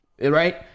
Right